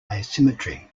asymmetry